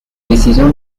décisions